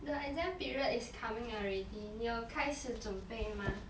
the exam period is coming already 你有开始准备吗